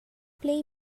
play